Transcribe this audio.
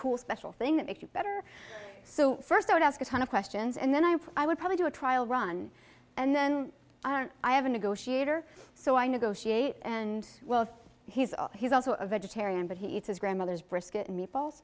cool special thing that makes you better so first i would ask a ton of questions and then i i would probably do a trial run and then i have a negotiator so i negotiate and well he's he's also a vegetarian but he eats his grandmother's brisket meatballs